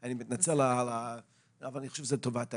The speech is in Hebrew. אני מתנצל, אבל אני חושב שזה לטובת העניין.